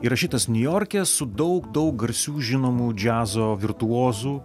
įrašytas niujorke su daug daug garsių žinomų džiazo virtuozų